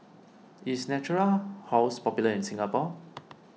is Natura House popular in Singapore